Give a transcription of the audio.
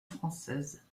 française